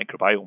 microbiome